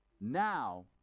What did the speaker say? Now